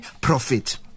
profit